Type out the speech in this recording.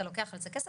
אתה לוקח על זה כסף,